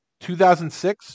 2006